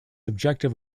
objective